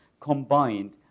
combined